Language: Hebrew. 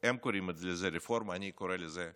הם קוראים לזה "רפורמה", ואני קורא לזה "הפיכה",